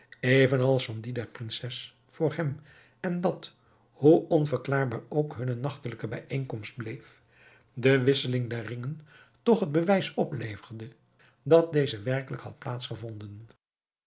even als van die der prinses voor hem en dat hoe onverklaarbaar ook hunne nachtelijke bijeenkomst bleef de wisseling der ringen toch het bewijs opleverde dat deze werkelijk had